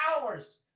hours